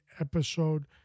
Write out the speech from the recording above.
episode